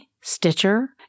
Stitcher